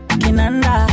kinanda